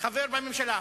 חבר בממשלה.